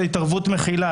הנושא הזה של התערבות מכילה,